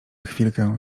chwilkę